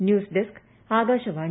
news desk Akashvani